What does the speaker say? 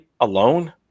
alone